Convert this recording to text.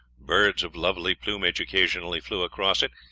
birds of lovely plumage occasionally flew across it,